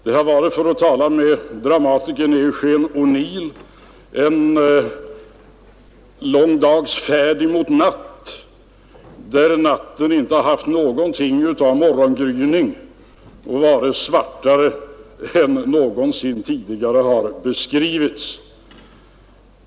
Det har varit, för att tala med dramatikern Eugene O”Neill, en lång dags färd mot natt, där natten inte har haft någonting av morgongryning utan varit svartare än den någonsin tidigare har beskrivits.